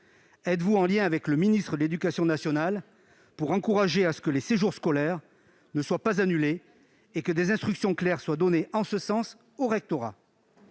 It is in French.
Êtes-vous en liaison avec le ministre de l'éducation nationale pour faire en sorte que les séjours scolaires ne soient pas annulés et que des instructions claires soient données en ce sens au rectorat ?